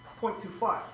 0.25